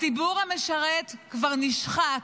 הציבור המשרת כבר נשחק,